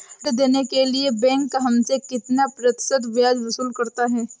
ऋण देने के लिए बैंक हमसे कितना प्रतिशत ब्याज वसूल करता है?